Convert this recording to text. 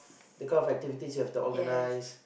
the kind of activities you have to organise